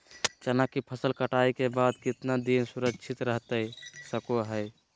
चना की फसल कटाई के बाद कितना दिन सुरक्षित रहतई सको हय?